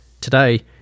Today